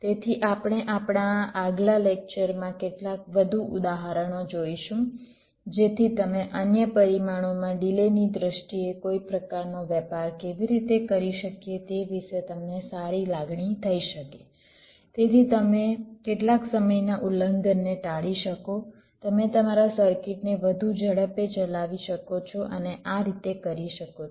તેથી આપણે આપણા આગલા લેક્ચરમાં કેટલાક વધુ ઉદાહરણો જોઈશું જેથી તમે અન્ય પરિમાણોમાં ડિલેની દ્રષ્ટિએ કોઈ પ્રકારનો વેપાર કેવી રીતે કરી શકીએ તે વિશે તમને સારી લાગણી થઈ શકે જેથી તમે કેટલાક સમયના ઉલ્લંઘનને ટાળી શકો તમે તમારા સર્કિટને વધુ ઝડપે ચલાવી શકો છો અને આ રીતે કરી શકો છો